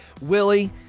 Willie